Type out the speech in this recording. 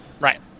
right